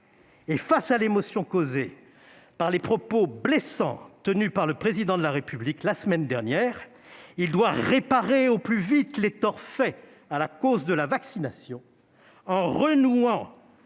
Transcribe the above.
; face à l'émotion causée par les propos blessants tenus par le Président de la République la semaine dernière, il doit réparer au plus vite les torts faits à la cause de la vaccination en renouant